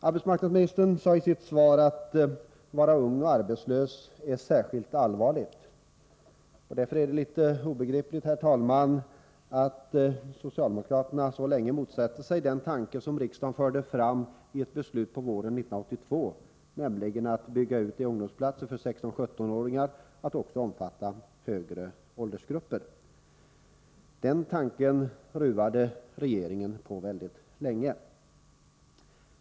Arbetsmarknadsministern sade i sitt svar att det är särskilt allvarligt att vara ung och arbetslös. Därför är det litet obegripligt, herr talman, att socialdemokraterna så länge motsatte sig den tanke som riksdagen förde fram i ett beslut på våren 1982, nämligen att bygga ut ungdomsplatserna för 16-17-åringar till att också omfatta högre åldersgrupper. Den tanken ruvade regeringen på mycket länge.